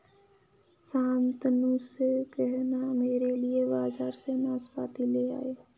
शांतनु से कहना मेरे लिए बाजार से नाशपाती ले आए